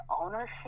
ownership